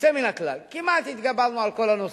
יוצא מן הכלל, כמעט התגברנו על כל הנושאים,